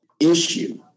issue